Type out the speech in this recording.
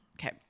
Okay